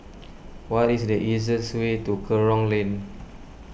what is the easiest way to Kerong Lane